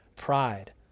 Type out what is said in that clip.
pride